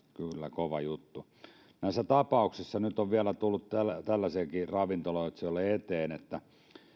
kova juttu näissä tapauksissa nyt on vielä tullut tällaisiakin ravintoloitsijoille eteen että